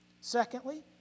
Secondly